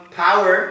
power